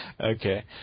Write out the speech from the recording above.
Okay